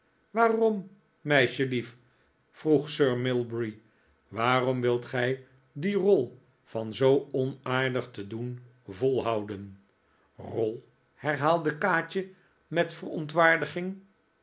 waarom meisjelief vroeg sir mulberry waarom wilt gij die rol van zoo onaardig te doen volhouden rol herhaalde kaatje met verontwaardiging